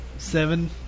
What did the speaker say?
Seven